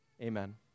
Amen